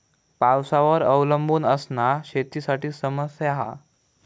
पावसावर अवलंबून असना शेतीसाठी समस्या हा